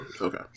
Okay